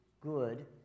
good